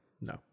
No